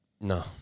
no